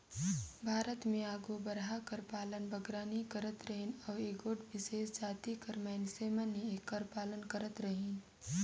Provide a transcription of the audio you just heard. भारत में आघु बरहा कर पालन बगरा नी करत रहिन अउ एगोट बिसेस जाति कर मइनसे मन ही एकर पालन करत रहिन